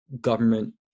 government